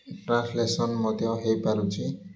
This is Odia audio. ଟ୍ରାନ୍ସଲେସନ୍ ମଧ୍ୟ ହେଇପାରୁଛି